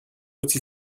aussi